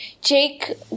Jake